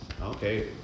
okay